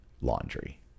laundry